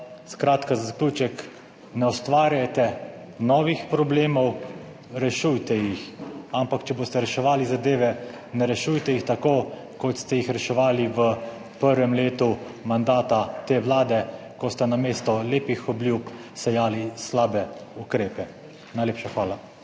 Skratka, za zaključek, ne ustvarjajte novih problemov, rešujte jih, ampak če boste reševali zadeve, ne rešujte jih tako, kot ste jih reševali v prvem letu mandata te Vlade, ko ste namesto lepih obljub sejali slabe ukrepe. Najlepša hvala.